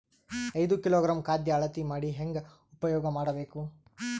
ಐದು ಕಿಲೋಗ್ರಾಂ ಖಾದ್ಯ ಅಳತಿ ಮಾಡಿ ಹೇಂಗ ಉಪಯೋಗ ಮಾಡಬೇಕು?